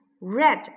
red